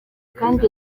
kandi